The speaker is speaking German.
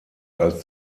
als